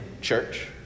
church